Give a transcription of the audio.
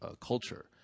culture